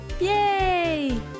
Yay